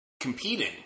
competing